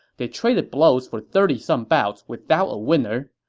they traded blows for thirty some bouts without a winner.